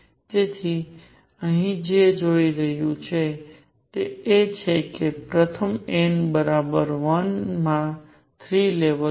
તેથી અહીં જે જોઈ રહ્યું છે તે એ છે કે પ્રથમ n બરાબર 1 માં 3 લેવલ છે